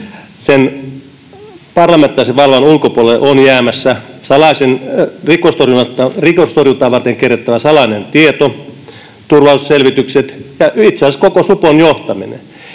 Sen parlamentaarisen vallan ulkopuolelle on jäämässä rikostorjuntaa varten kerättävä salainen tieto, turvallisuusselvitykset ja itse asiassa koko supon johtaminen.